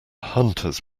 hunters